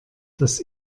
das